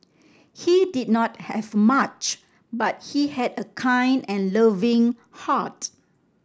he did not have much but he had a kind and loving heart